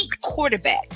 quarterback